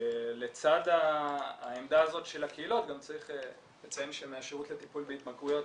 לצד העמדה הזאת של הקהילות גם צריך לציין שמהשירות לטיפול בהתמכרויות